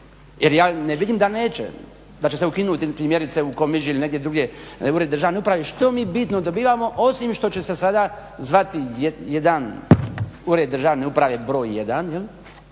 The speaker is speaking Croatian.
jer ja ne vidim da neće da će se ukinuti primjerice u Komiži ili negdje drugdje uredi državne uprave što mi bitno dobivamo osim što će se sada zvati jedan ured državne uprave broj 1.